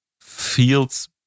feels